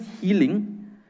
healing